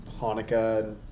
Hanukkah